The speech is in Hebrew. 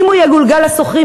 אם הוא יגולגל לשוכרים,